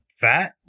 Fat